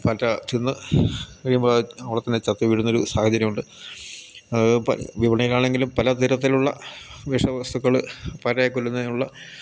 പാറ്റ തിന്നു കഴിയുമ്പോൾ അവിടെത്തന്നെ ചത്തു വീഴുന്നൊരു സാഹചര്യം ഉണ്ട് വിപണിയിലാണെങ്കിലും പല തരത്തിലുള്ള വിഷവസ്തുക്കൾ പാറ്റയെ കൊല്ലുന്നതിനുള്ള